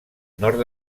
nord